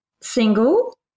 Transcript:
single